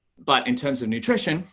but in terms of nutrit on,